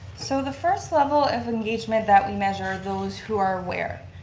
so the first level of engagement that we measure, those who are aware.